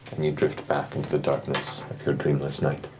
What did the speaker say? and you drift back into the darkness of your dreamless night